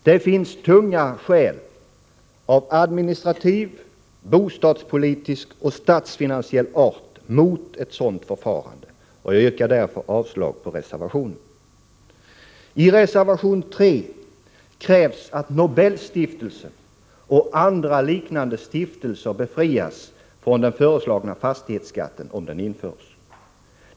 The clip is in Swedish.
Det finns tunga skäl av administrativ, bostadspolitisk och statsfinansiell art mot ett sådant förfarande. Jag yrkar därför avslag på reservation 2. I reservation 3 krävs att Nobelstiftelsen och liknande stiftelser befrias från den föreslagna fastighetsskatten — om den införs.